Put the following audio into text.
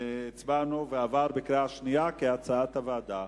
הצבענו, ועבר בקריאה שנייה, כהצעת הוועדה.